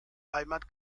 heimat